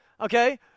okay